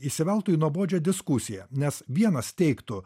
įsiveltų į nuobodžią diskusiją nes vienas teigtų